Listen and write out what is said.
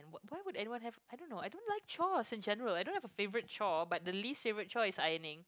why would anyone have I don't know I don't like chores in general I don't have a favorite chore but the least favorite chore is ironing